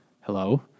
Hello